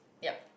yup